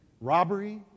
robbery